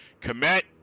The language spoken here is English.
Commit